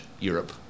Europe